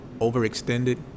overextended